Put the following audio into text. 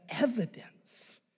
evidence